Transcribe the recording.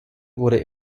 wurde